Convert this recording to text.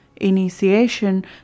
initiation